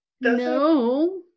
no